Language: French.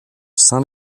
saint